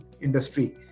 Industry